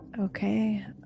Okay